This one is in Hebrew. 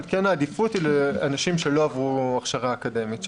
אבל העדיפות היא לאנשים שלא עברו הכשרה אקדמית,